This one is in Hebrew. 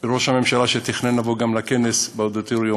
שראש הממשלה, שתכנן לבוא גם לכנס באודיטוריום,